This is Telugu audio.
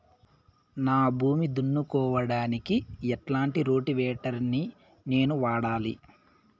నా భూమి దున్నుకోవడానికి ఎట్లాంటి రోటివేటర్ ని నేను వాడాలి?